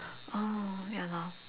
oh ya lor